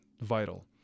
vital